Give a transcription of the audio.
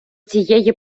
цієї